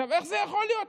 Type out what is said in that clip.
איך זה יכול להיות?